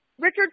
Richard